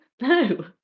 no